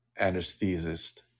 Anesthesist